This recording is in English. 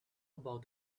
about